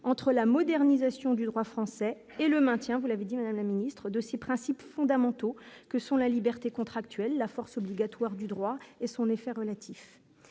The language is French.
entre la modernisation du droit français et le maintien, vous l'avez dit, Madame la Ministre, de ces principes fondamentaux que sont la liberté contractuelle la force obligatoire du droit et son effet relatif,